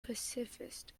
pacifist